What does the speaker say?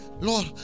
Lord